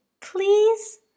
Please